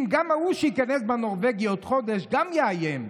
אם גם ההוא שייכנס בנורבגי עוד חודש יאיים?